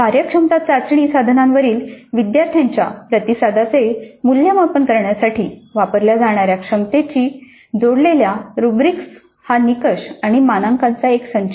कार्यक्षमता चाचणी साधनांवरील विद्यार्थ्यांच्या प्रतिसादाचे मूल्यमापन करण्यासाठी वापरल्या जाणाऱ्या क्षमतेशी जोडलेला रुब्रिक्स हा निकष आणि मानकांचा एक संच आहे